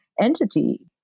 entity